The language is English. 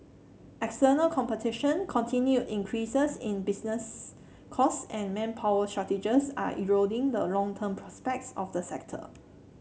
external competition continued increases in business costs and manpower shortages are eroding the longer term prospects of the sector